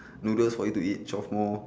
noodles for you to eat twelve more